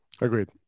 Agreed